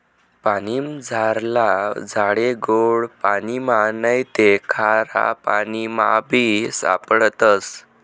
पानीमझारला झाडे गोड पाणिमा नैते खारापाणीमाबी सापडतस